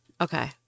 Okay